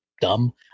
dumb